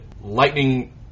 Lightning